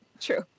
true